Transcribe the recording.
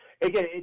again